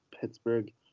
Pittsburgh